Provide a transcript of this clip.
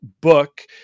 book